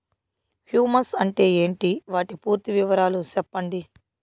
Humus అంటే ఏంటి? వాటి పూర్తి వివరాలు సెప్పండి?